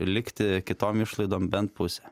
likti kitom išlaidom bent pusė